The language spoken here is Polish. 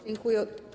Dziękuję.